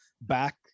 back